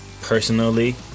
Personally